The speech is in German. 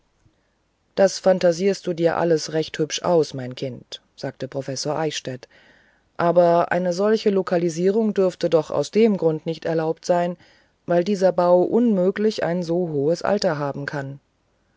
das phantasierst du dir alles recht hübsch aus mein kind sagte professor eichstädt aber eine solche lokalisierung dürfte doch aus dem grund nicht erlaubt sein weil dieser bau unmöglich ein so hohes alter haben kann